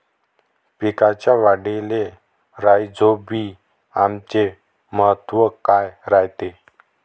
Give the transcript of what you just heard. पिकाच्या वाढीले राईझोबीआमचे महत्व काय रायते?